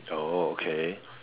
okay